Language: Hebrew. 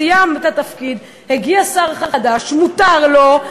סיימת את התפקיד, הגיע שר חדש, מותר לו,